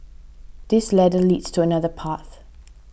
this ladder leads to another path